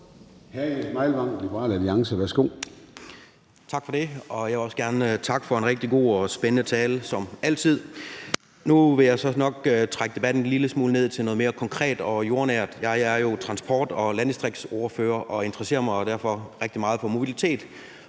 Tak for det. Jeg vil også gerne takke for en som altid rigtig god og spændende tale. Nu vil jeg så nok trække debatten en lille smule ned til noget mere konkret og jordnært. Jeg er jo transport- og landdistriktsordfører og interesserer mig derfor rigtig meget for mobilitet